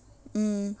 mm